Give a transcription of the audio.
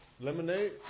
Lemonade